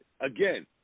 again